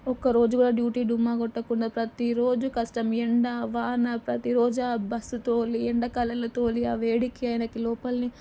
ఒక్కరోజు కూడా డ్యూటీ డుమ్మా కొట్టకుండా ప్రతీరోజు కష్టం ఎండ వాన ప్రతీ రోజు ఆ బస్సు తోలి ఎండాకాలంలో తోలి ఆ వేడికి అయినకి లోపలనే